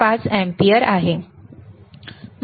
5 ampere आहे